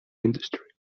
industry